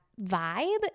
vibe